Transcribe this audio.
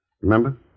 Remember